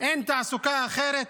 אין תעסוקה אחרת?